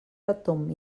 retomb